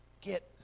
Get